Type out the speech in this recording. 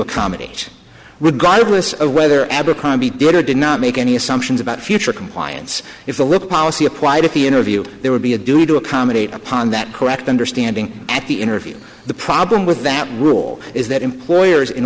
accommodate regardless of whether abercrombie did or did not make any assumptions about future compliance if the loop policy applied at the interview there would be a duty to accommodate upon that correct understanding at the interview the problem with that rule is that employers in